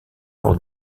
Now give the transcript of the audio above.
pour